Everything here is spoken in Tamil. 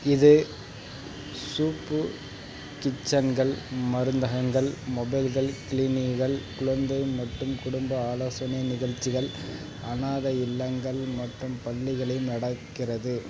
இது சூப்பு கிச்சன்கள் மருந்தகங்கள் மொபைல்கள் கிளினிகள் குழந்தை மற்றும் குடும்ப ஆலோசனை நிகழ்ச்சிகள் அனாதை இல்லங்கள் மற்றும் பள்ளிகளையும் நடக்கிறது